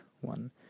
one